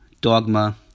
Dogma